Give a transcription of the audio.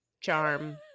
charm